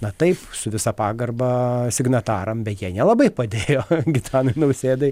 na taip su visa pagarba signataram bet jie nelabai padėjo gitanui nausėdai